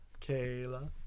Kayla